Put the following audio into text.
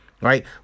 right